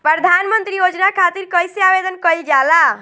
प्रधानमंत्री योजना खातिर कइसे आवेदन कइल जाला?